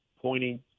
pointing